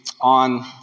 on